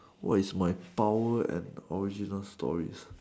what is my power and original stories